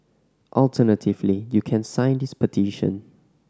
alternatively you can sign this petition